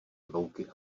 louky